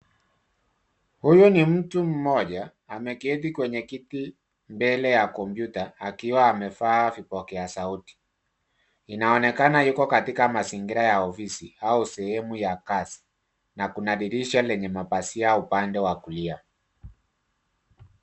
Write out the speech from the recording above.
Huyu ni mtu mmoja, ameketi kwenye kiti mbele ya kompyuta, akiwa amevaa vipokea sauti. Inaonekana yuko katika mazingira ya ofisi au sehemu ya kazi. Na kuna dirisha lenye mapazia upande wa kulia.